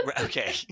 Okay